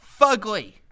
Fugly